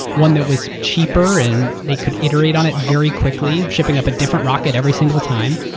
one that was cheaper and they could iterate on it very quickly, shipping up a different rocket every single time.